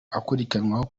akurikiranweho